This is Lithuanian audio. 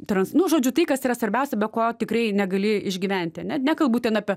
trans nu žodžiu tai kas yra svarbiausia be ko tikrai negali išgyventi ane nekalbu ten apie